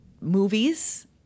movies